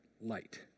light